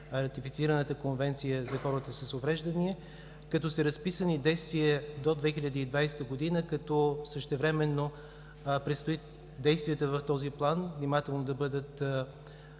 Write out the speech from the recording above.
ратифицираната конвенция за хората с увреждания, като са разписани действия до 2020 г., като същевременно предстои действията в този план внимателно да бъдат